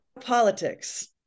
politics